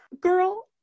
girl